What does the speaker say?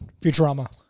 Futurama